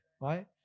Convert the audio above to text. right